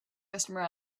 customer